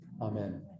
amen